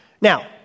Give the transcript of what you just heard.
Now